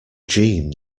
jeanne